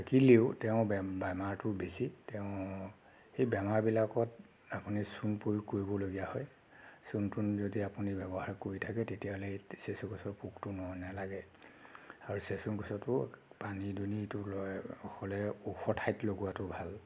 থাকিলেও তেওঁ বেমাৰটো বেছি তেও সেই বেমাৰ বিলাকত আপুনি চূণ প্ৰয়োগ কৰিবলগীয়া হয় চূণ তুন যদি আপুনি ব্যৱহাৰ কৰি থাকে তেতিয়াহ'লে চেচু গছত পোকটো নালাগে আৰু চেচু গছতো পানী দুনিটো লয় হ'লে ওখ ঠাইত লগোৱাটো ভাল